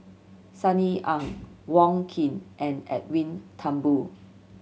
Sunny Ang Wong Keen and Edwin Thumboo